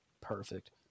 Perfect